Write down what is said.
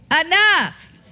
enough